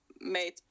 made